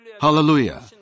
Hallelujah